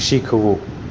શીખવું